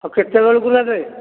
ଆଉ କେତେବେଳକୁ ନେବେ